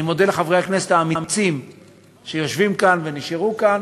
אני מודה לחברי הכנסת האמיצים שיושבים כאן ונשארו כאן,